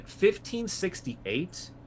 1568